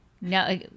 No